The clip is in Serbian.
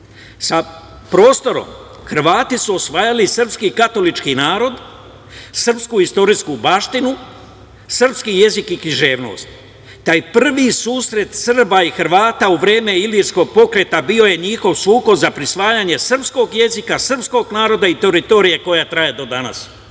prostorom Hrvati su osvajali srpski katolički narod, srpsku istorijsku baštinu, srpski jezik i književnost. Taj prvi susret Srba i Hrvata u vreme Ilirskog pokreta bio je njihov sukob za prisvajanje srpskog jezika, srpskog naroda i teritorije koja traje do danas. Srbi